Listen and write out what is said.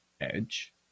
edge